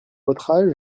votre